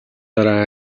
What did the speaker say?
дараа